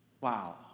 Wow